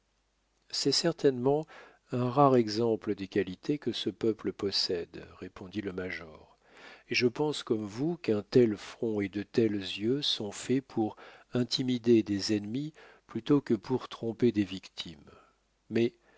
c'est certainement un rare exemple des qualités que ce peuple possède répondit le major et je pense comme vous qu'un tel front et de tels yeux sont faits pour intimider des ennemis plutôt que pour tromper des victimes mais